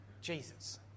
Jesus